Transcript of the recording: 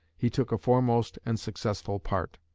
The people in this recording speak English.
he took a foremost and successful part.